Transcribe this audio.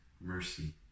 mercy